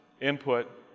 input